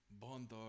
Bondar